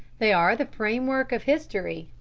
they are the frame-work of history,